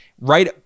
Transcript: right